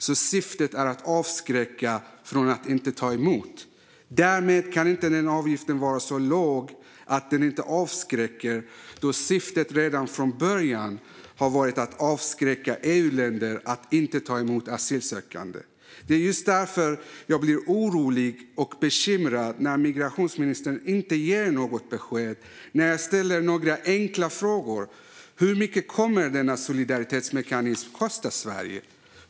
Syftet är alltså att avskräcka från att inte ta emot. Avgiften kan därmed inte vara så låg att den inte avskräcker, då syftet redan från början har varit att avskräcka EU-länder från att inte ta emot asylsökande. Det är därför jag blir orolig och bekymrad när migrationsministern inte ger något besked när jag ställer några enkla frågor. Hur mycket kommer denna solidaritetsmekanism att kosta Sverige?